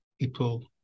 people